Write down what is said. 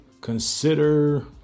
consider